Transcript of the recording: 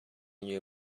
new